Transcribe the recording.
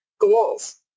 goals